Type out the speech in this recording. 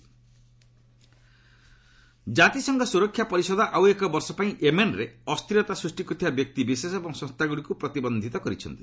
UNSC ଜାତିସଂଘ ସୁରକ୍ଷା ପରିଷଦ ଆଉ ଏକ ବର୍ଷ ପାଇଁ ୟେମେନ୍ରେ ଅସ୍ଥିରତା ସୃଷ୍ଟି କରୁଥିବା ବ୍ୟକ୍ତି ବିଶେଷ ଏବଂ ସଂସ୍ଥାଗୁଡ଼ିକୁ ପ୍ରତିବନ୍ଧିତ କରିଛନ୍ତି